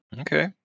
Okay